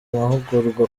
mahugurwa